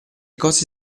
cose